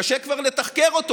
קשה כבר לתחקר אותו,